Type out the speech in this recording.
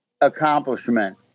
accomplishment